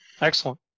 Excellent